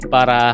Para